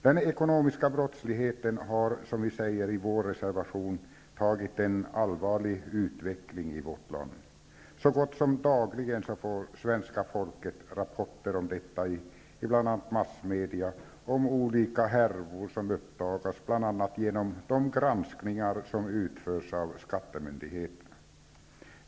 Den ekonomiska brottsligheten har, som vi säger i vår reservation, tagit en allvarlig utveckling i vårt land. Så gott som dagligen får svenska folket i bl.a. massmedia rapporter om olika härvor som uppdagats bl.a. genom de granskningar som utförs av skattemyndigheterna.